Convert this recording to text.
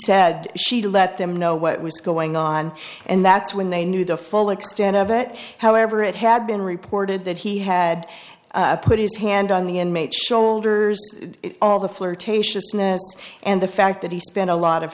said she let them know what was going on and that's when they knew the full extent of it however it had been reported that he had put his hand on the inmate shoulders all the flirtatiousness and the fact that he spent a lot of